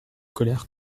colère